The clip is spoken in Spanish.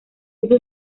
uso